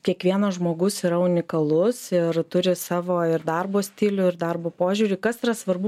kiekvienas žmogus yra unikalus ir turi savo ir darbo stilių ir darbo požiūrį kas yra svarbu